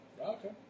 Okay